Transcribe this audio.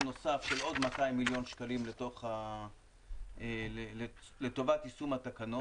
נוסף של עוד 200 מיליון שקלים לטובת יישום התקנות.